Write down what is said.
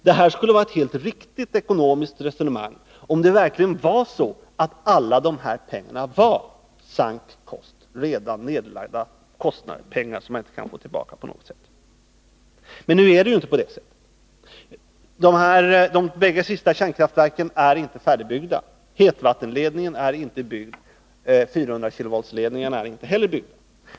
Det här skulle vara ett helt riktigt ekonomiskt resonemang om det verkligen var så att alla de pengarna var sunk costs, dvs. redan nedlagda pengar, som man inte kan få tillbaka på något sätt. Men nu är det ju inte på det sättet. De båda sista kärnkraftverken är inte färdigbyggda. Hetvattenledningen är inte byggd. 400-kilovoltsledningarna är inte heller byggda.